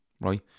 right